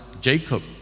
Jacob